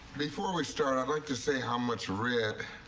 before we start, i'd like to say how much red.